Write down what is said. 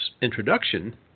introduction